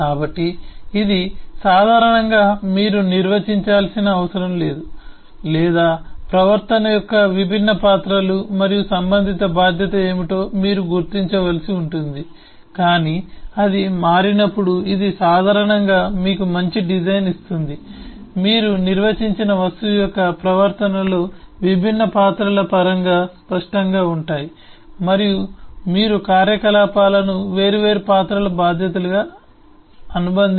కాబట్టి ఇది సాధారణంగా మీరు నిర్వచించాల్సిన అవసరం లేదు లేదా ప్రవర్తన యొక్క విభిన్న పాత్రలు మరియు సంబంధిత బాధ్యత ఏమిటో మీరు గుర్తించవలసి ఉంటుంది కానీ అది మారినప్పుడు ఇది సాధారణంగా మీకు మంచి డిజైన్ ఇస్తుంది మీరు నిర్వచించిన వస్తువు యొక్క ప్రవర్తనలో విభిన్న పాత్రల పరంగా స్పష్టంగా ఉంటాయి మరియు మీరు కార్యకలాపాలను వేర్వేరు పాత్రల బాధ్యతలుగా అనుబంధించగలుగుతారు